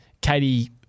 Katie